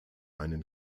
einen